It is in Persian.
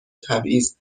تبعیض